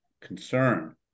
concern